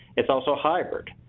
it's also hybrid,